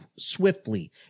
swiftly